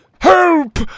Help